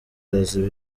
inzira